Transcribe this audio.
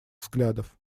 взглядов